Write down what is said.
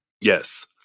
Yes